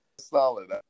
Solid